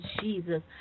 Jesus